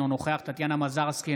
אינו נוכח טטיאנה מזרסקי,